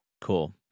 Cool